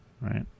right